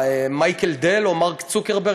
שמייקל דל או מייק צוקרברג,